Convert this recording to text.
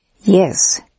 Yes